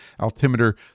altimeter